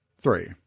three